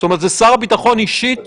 זאת אומרת, זה שר הביטחון אישית?